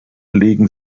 legen